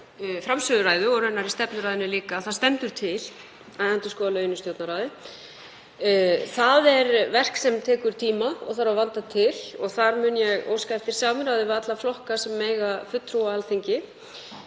framsöguræðu, og raunar í stefnuræðunni líka, að það stendur til að endurskoða lögin um Stjórnarráðið. Það er verk sem tekur tíma og þarf að vanda til og þar mun ég óska eftir samráði við alla flokka sem eiga fulltrúa á Alþingi.